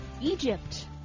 Egypt